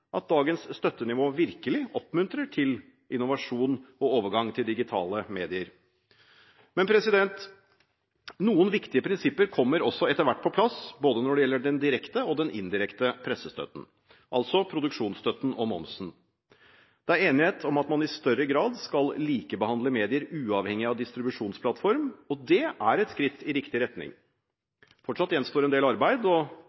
at dagens støttenivå virkelig oppmuntrer til innovasjon og overgang til digitale medier. Men noen viktige prinsipper kommer også etter hvert på plass, både når det gjelder den direkte og den indirekte pressestøtten, altså produksjonsstøtten og momsen. Det er enighet om at man i større grad skal likebehandle medier uavhengig av distribusjonsplattform, og det er et skritt i riktig